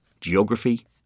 geography